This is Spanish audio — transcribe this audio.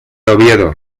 oviedo